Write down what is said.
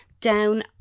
down